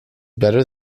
better